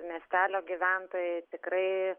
miestelio gyventojai tikrai